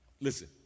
listen